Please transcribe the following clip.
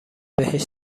بهش